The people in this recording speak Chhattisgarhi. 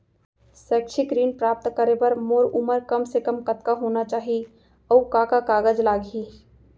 शैक्षिक ऋण प्राप्त करे बर मोर उमर कम से कम कतका होना चाहि, अऊ का का कागज लागही?